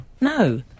No